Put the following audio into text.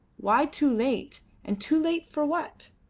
why too late and too late for what?